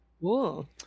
Cool